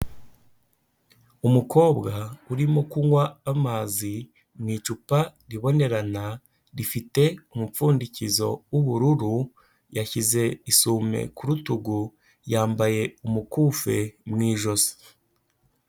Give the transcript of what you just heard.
Umukobwa urimo kunywa amazi mu icupa ribonerana, rifite umupfundikizo w'ubururu, yashyize isume ku rutugu yambaye umukufe mu ijosi.